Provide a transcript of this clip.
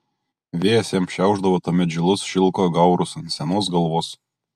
vėjas jam šiaušdavo tuomet žilus šilko gaurus ant senos galvos